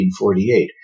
1848